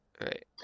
right